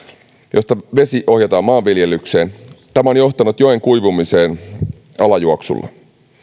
josta vesi ohjataan maanviljelykseen tämä on johtanut joen kuivumiseen alajuoksulla